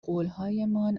قولهایمان